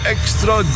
Extra